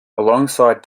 alongside